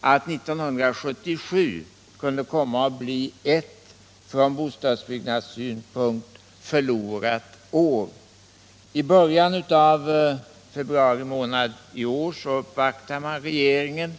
att 1977 kunde komma att bli ett från bostadsbyggnadssynpunkt ”förlorat år”. I början av februari månad i år uppvaktade man regeringen.